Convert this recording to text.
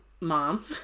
mom